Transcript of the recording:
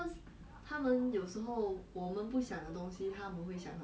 是 meh 我觉得他们什么都没有在想 is like their brain is empty [one]